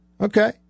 Okay